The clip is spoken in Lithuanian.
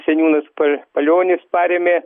seniūnas pa palionis parėmė